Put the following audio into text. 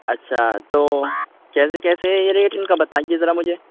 اچھا تو کیسے کیسے ہے یہ ریٹ ان کا بتائیے ذرا مجھے